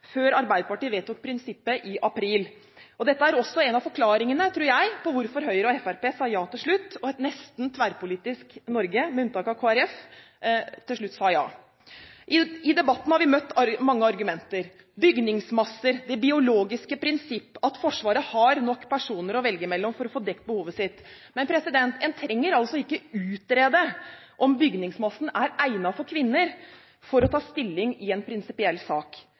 før vi i Arbeiderpartiet vedtok prinsippet i april. Dette tror jeg også er en av forklaringene på hvorfor Høyre og Fremskrittspartiet sa ja til slutt, og på hvorfor et nesten tverrpolitisk Norge, med unntak av Kristelig Folkeparti, til slutt sa ja. I debatten har vi møtt mange argumenter: bygningsmasser, det biologiske prinsipp, at Forsvaret har nok personer å velge mellom for å få dekt behovet sitt. Men en trenger ikke utrede om bygningsmassen er egnet for kvinner for å ta stilling i en prinsipiell sak.